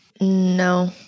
No